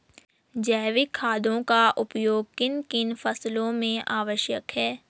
जैविक खादों का उपयोग किन किन फसलों में आवश्यक है?